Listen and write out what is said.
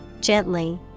gently